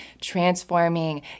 transforming